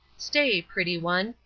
stay, pretty one,